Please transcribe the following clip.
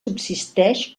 subsisteix